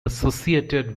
associated